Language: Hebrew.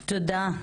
תודה.